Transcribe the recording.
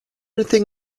anything